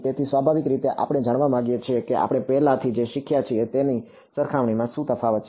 તેથી સ્વાભાવિક રીતે આપણે એ જાણવા માંગીએ છીએ કે આપણે પહેલાથી જે શીખ્યા છીએ તેની સરખામણીમાં શું તફાવત છે